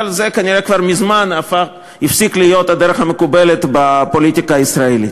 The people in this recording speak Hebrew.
אבל זה כנראה כבר מזמן הפסיק להיות הדרך המקובלת בפוליטיקה הישראלית.